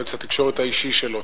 יועץ התקשורת האישי שלו,